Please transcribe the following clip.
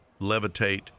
levitate